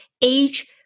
age